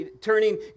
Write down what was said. turning